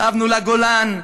שבנו לגולן.